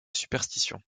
superstition